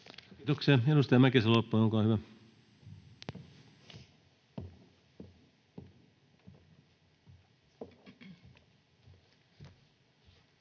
Kiitoksia. — Edustaja Mäkisalo-Ropponen, olkaa hyvä.